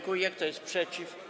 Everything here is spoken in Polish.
Kto jest przeciw?